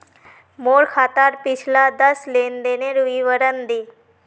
मोर खातार पिछला दस लेनदेनेर विवरण दे